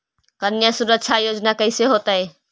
कन्या सुरक्षा योजना कैसे होतै?